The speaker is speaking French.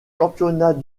championnats